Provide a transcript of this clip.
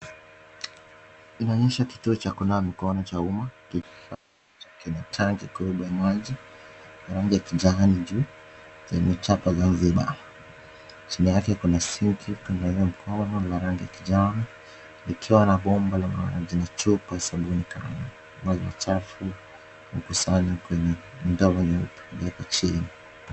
Inaonyesha kituo cha kunawa mikono cha umma, kina tanki kuu la maji na rangi ya kijani juu yenye chapa Zanzibar. Kando yake kuna sinki ya kunawa mkono ya rangi ya kijani likiwa na bomba la maji na chupa ya sabuni kando. Ambalo ni chafu ambalo limekua anywa kwa ndoo nyeupe na liko chini.